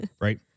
right